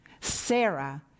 Sarah